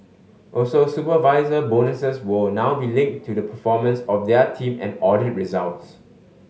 also supervisor bonuses will now be linked to the performance of their team and audit results